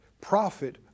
profit